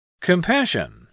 Compassion